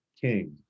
King